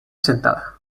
sentada